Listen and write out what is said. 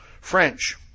French